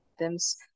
items